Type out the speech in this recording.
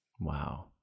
Wow